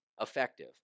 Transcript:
effective